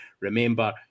Remember